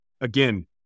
again